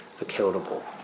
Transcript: accountable